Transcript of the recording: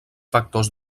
factors